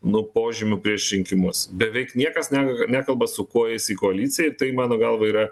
nu požymių prieš rinkimus beveik niekas net nekalba su kuo eis į koaliciją tai mano galva yra